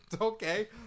Okay